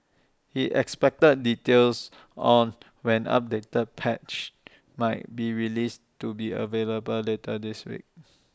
he expected details on when updated patches might be released to be available later this week